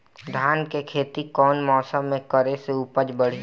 धान के खेती कौन मौसम में करे से उपज बढ़ी?